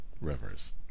rivers